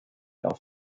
auf